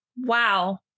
Wow